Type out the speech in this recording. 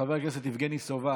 חבר הכנסת יבגני סובה